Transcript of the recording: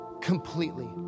completely